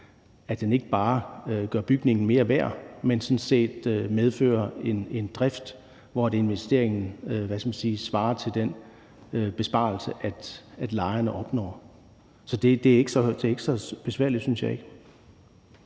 at den ikke bare gør bygningen mere værd, men sådan set medfører en drift, hvor investeringen svarer til den besparelse, som lejerne opnår. Så det er ikke så besværligt, det synes jeg ikke.